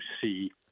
see